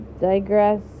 digress